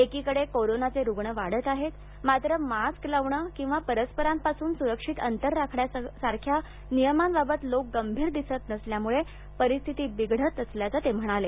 एकीकडे कोरोनाचे रुग्ण वाढत आहेत मात्र मास्क लावणं किंवा परस्परांपासून सुरक्षित अंतर राखण्यासारख्या नियमांबाबत लोक गंभीर दिसत नसल्यामुळेच परिस्थिती बिघडत असल्याचं ते म्हणाले